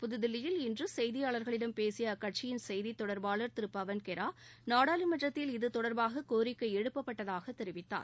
புதுதில்லியில் இன்று செய்தியாளர்களிடம் பேசிய அக்கட்சியின் செய்தி தொடர்பாளர் திரு பவன்கெரா நாடாளுமன்றத்தில் இது தொடர்பாக கோரிக்கை எழுப்பப்பட்டதாக தெரிவித்தார்